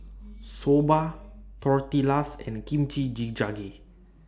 Soba Tortillas and Kimchi Jjigae